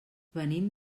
venim